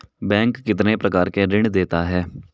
Bank कितने प्रकार के ऋण देता है?